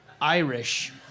Irish